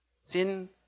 Sin